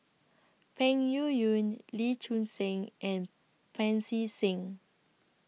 Peng Yuyun Lee Choon Seng and Pancy Seng